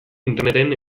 interneten